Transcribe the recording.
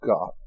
God